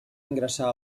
ingressar